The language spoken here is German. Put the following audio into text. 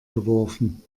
geworfen